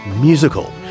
musical